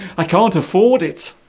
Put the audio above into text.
i can't afford it